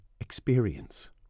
experience